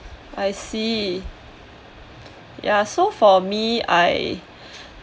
I see ya so for me I